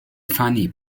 funny